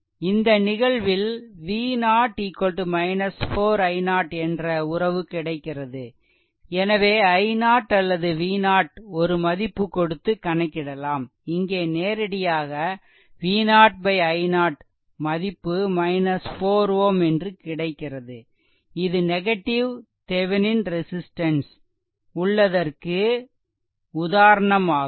இந்த நிகழ்வில் V0 4 i0 என்ற உறவு கிடைக்கிறது எனவே i0 அல்லது V0 ஒரு மதிப்பு கொடுத்து கணக்கிடலாம் இங்கே நேரடியாக V0 i0 மதிப்பு 4 Ω என்று கிடைக்கிறது இது நெகடிவ் தெவெனின் ரெசிஸ்ட்டன்ஸ் உள்ளதற்கு உதாரணம் ஆகும்